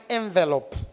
envelope